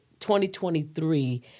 2023